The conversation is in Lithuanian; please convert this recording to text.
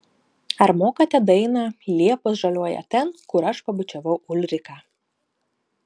ar mokate dainą liepos žaliuoja ten kur aš pabučiavau ulriką